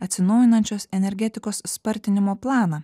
atsinaujinančios energetikos spartinimo planą